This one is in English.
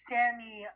Sammy